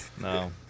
No